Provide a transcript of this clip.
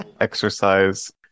exercise